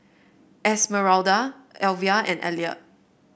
Esmeralda Alvia and Elliot